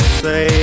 say